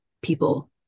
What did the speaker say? people